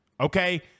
Okay